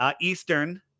Eastern